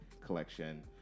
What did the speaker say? collection